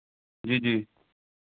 जी जी